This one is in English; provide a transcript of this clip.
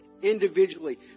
Individually